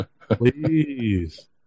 please